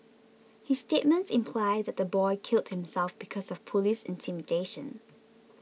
his statements imply that the boy killed himself because of police intimidation